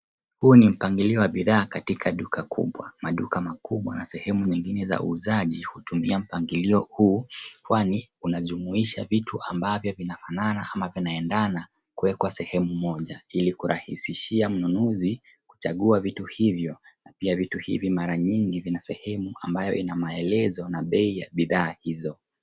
Huu ni mpangilio wa bidhaa katika duka kubwa. Maduka makubwa na sehemu nyingine za uuzaji hutumia mpangilio huu kwani unajumuisha vitu ambavyo vinafanana ama vinaendana kuwekwa sehemu moja ili kurahisishia mnunuzi kuchagua vitu hivyo na pia vitu hivi mara nyingi vina sehemu ambayo ina maelezo na bei ya bidhaa hizo.